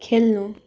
खेल्नु